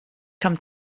come